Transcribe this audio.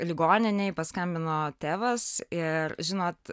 ligoninei paskambino tėvas ir žinot